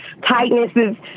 tightnesses